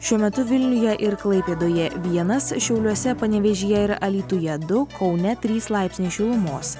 šiuo metu vilniuje ir klaipėdoje vienas šiauliuose panevėžyje ir alytuje du kaune trys laipsniai šilumos